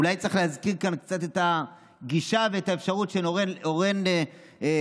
אולי צריך להזכיר כאן קצת את הגישה ואת האפשרות של אורן הלמן,